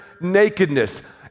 nakedness